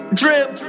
drip